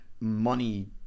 money